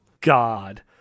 God